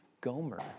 Gomer